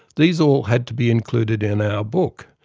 these all had to be included in our book.